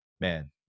man